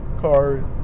car